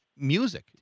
music